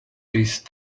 these